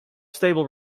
stable